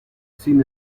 sin